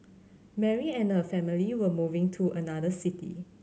Mary and her family were moving to another city